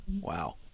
Wow